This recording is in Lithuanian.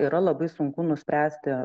yra labai sunku nuspręsti